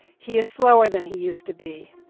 he is slower than he used to be,